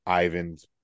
Ivan's